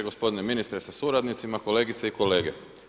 Gospodine ministre sa suradnicima, kolegice i kolege.